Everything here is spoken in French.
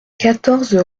quatorze